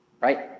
right